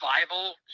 survival